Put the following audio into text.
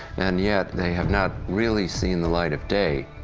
and yet they have not really seen the light of day.